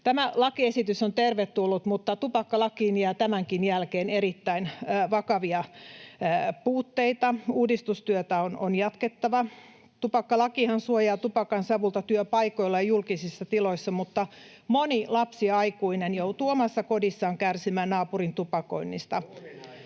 Tämä lakiesitys on tervetullut, mutta tupakkalakiin jää tämänkin jälkeen erittäin vakavia puutteita. Uudistustyötä on jatkettava. Tupakkalakihan suojaa tupakansavulta työpaikoilla ja julkisissa tiloissa, mutta moni lapsi ja aikuinen joutuu omassa kodissaan kärsimään naapurin tupakoinnista.